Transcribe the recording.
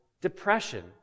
depression